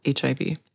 HIV